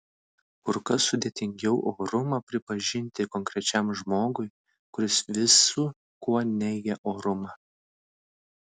kur kas sudėtingiau orumą pripažinti konkrečiam žmogui kuris visu kuo neigia orumą